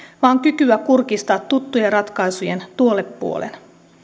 vaan kykyä kurkistaa tuttujen ratkaisujen tuolle puolen